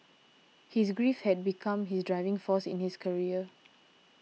his grief had become his driving force in his career